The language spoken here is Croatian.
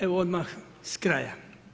Evo odmah s kraja.